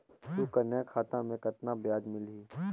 सुकन्या खाता मे कतना ब्याज मिलही?